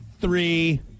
three